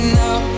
now